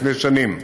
לפני שנים.